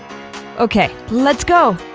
okay, let's go?